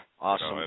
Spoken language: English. awesome